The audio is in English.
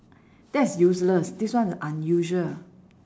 that's useless this one unusual